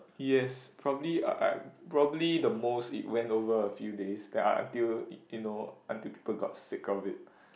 yes probably uh probably the most it went over a few days that until you know until people got sick of it